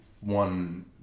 one